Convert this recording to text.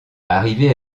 arrivé